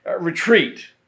retreat